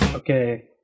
Okay